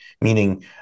Meaning